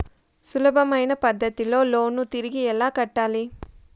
సులభమైన పద్ధతిలో లోను తిరిగి ఎలా కట్టాలి